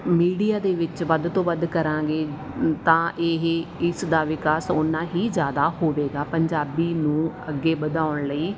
media ਦੇ ਵਿੱਚ ਵੱਧ ਤੋਂ ਵੱਧ ਕਰਾਂਗੇ ਤਾਂ ਇਹ ਇਸਦਾ ਵਿਕਾਸ ਉੰਨਾ ਹੀ ਜ਼ਿਆਦਾ ਹੋਵੇਗਾ ਪੰਜਾਬੀ ਨੂੰ ਅੱਗੇ ਵਧਾਉਣ ਲਈ